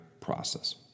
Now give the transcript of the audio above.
process